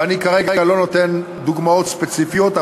ואני כרגע לא נותן דוגמאות ספציפיות,